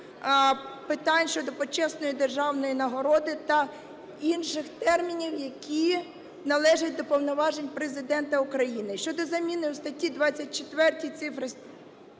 питань щодо почесної державної нагороди та інших термінів, які належать до повноважень Президента України. Щодо заміни у статті 24 цифри